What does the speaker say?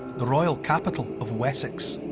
the royal capital of wessex.